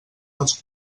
dels